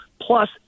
plus